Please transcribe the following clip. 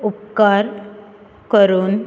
उपकार करून